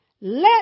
let